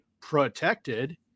protected